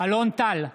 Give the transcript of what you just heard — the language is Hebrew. אלון טל,